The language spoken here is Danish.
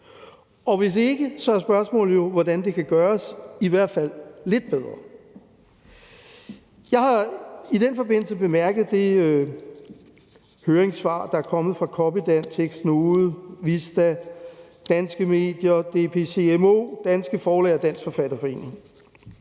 og hvis ikke, så er spørgsmålet jo, hvordan det kan gøres i hvert fald lidt bedre. Jeg har i den forbindelse bemærket det høringssvar, der er kommet fra Copydan Tekst og Node, Visda, Danske Medier, DPCMO, Danske Forlag og Dansk Forfatterforening.